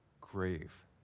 grave